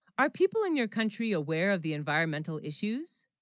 our people in your country, aware of the environmental issues